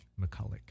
McCulloch